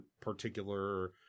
particular